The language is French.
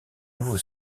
nouveau